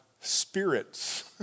spirits